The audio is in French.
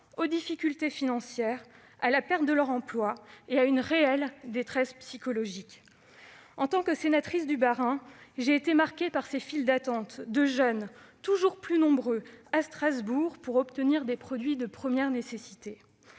aux difficultés financières, à la perte de leur emploi et à une réelle détresse psychologique. En tant que sénatrice du Bas-Rhin, j'ai été marquée par ces files d'attente de jeunes, toujours plus nombreux, à Strasbourg, pour obtenir des produits de première nécessité.